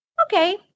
Okay